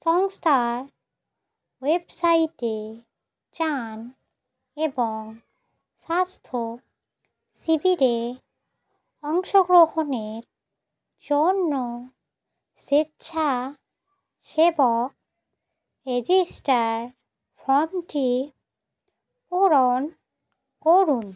সংস্থার ওয়েবসাইটে যান এবং স্বাস্থ্য শিবিরে অংশগ্রহণের জন্য স্বেচ্ছাসেবক রেজিস্টার ফর্মটি পূরণ করুন